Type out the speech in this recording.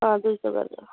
दुई सय गरेर